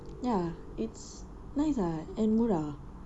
ya it's nice ah and murah